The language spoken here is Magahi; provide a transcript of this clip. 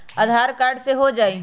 आधार कार्ड से हो जाइ?